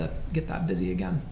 to get that busy again